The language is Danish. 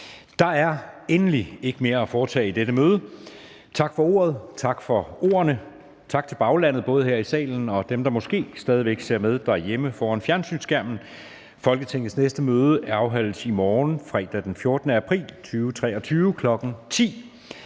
Der er endelig ikke mere at foretage i dette møde. Tak for ordet, tak for ordene, tak til baglandet både her i salen og dem, der måske stadig væk ser med derhjemme foran fjernsynsskærmen. Folketingets næste møde afholdes i morgen, fredag den 14. april 2023, kl. 10.00.